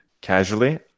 casually